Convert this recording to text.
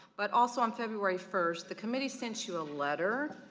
but also in february first, the committee sent you a letter